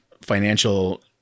Financial